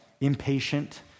impatient